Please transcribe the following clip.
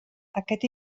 aquest